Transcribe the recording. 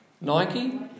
Nike